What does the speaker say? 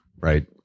right